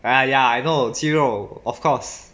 !aiya! I know 鸡肉 of course